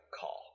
call